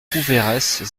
prouveiresse